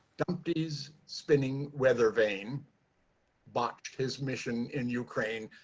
dumpty's spinning weather vane botched his mission in ukraine,